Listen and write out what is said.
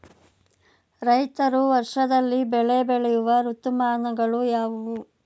ರೈತರು ವರ್ಷದಲ್ಲಿ ಬೆಳೆ ಬೆಳೆಯುವ ಋತುಮಾನಗಳು ಯಾವುವು?